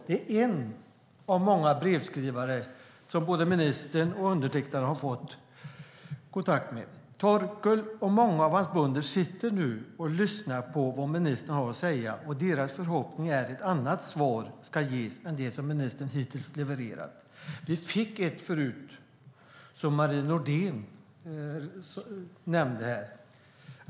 Han är en av många brevskrivare som både ministern och jag har fått kontakt med. Torkel och många andra bönder sitter nu och lyssnar på vad ministern har att säga. Deras förhoppning är att ett annat svar ska ges än det som ministern hittills har levererat. Vi fick ett förut som Marie Nordén nämnde.